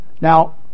Now